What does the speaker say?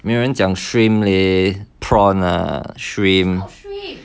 没有人讲 shrimp leh prawn lah shrimp